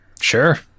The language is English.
sure